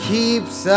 Keeps